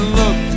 look